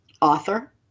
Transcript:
author